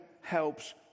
helps